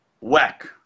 Whack